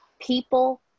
people